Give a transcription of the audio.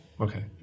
Okay